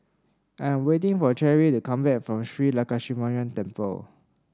I'm waiting for Cherrie to come back from Shree Lakshminarayanan Temple